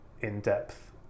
in-depth